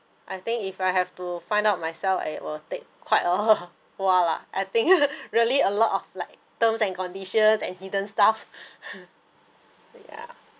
I think if I have to find out myself I will take quite awhile lah I think really a lot of like terms and conditions and hidden stuff yeah